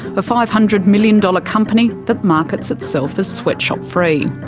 but five hundred million dollars company that markets itself as sweatshop free.